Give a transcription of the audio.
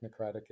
technocratic